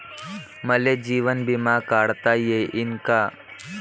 मले जीवन बिमा काढता येईन का?